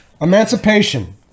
Emancipation